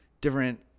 different